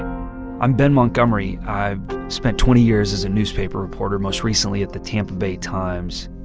i'm ben montgomery. i've spent twenty years as a newspaper reporter, most recently at the tampa bay times.